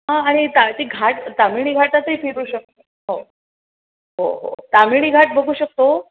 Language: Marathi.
हां आणि ता ती घाट ताम्हिणी घाटातही फिरू शकू हो हो हो ताम्हिणी घाट बघू शकतो